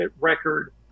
record